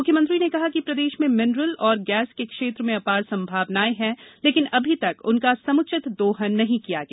मुख्यमंत्री ने कहा कि प्रदेश में मिनरल एवं गैस के क्षेत्र में अपार संभावनाएं हैं लेकिन अभी तक उनका समुचित दोहन नहीं किया गया